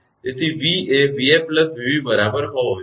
તેથી v એ 𝑣𝑓 𝑣𝑏 બરાબર હોવો જોઈએ